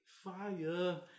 Fire